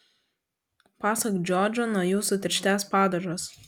pasak džordžo nuo jų sutirštės padažas